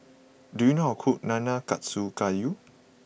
do you know how cook Nanakusa Gayu